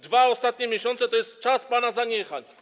2 ostatnie miesiące to jest czas pana zaniechań.